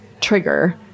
trigger